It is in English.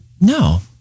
No